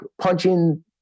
punching